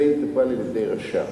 זה יטופל על-ידי רשם.